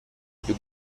più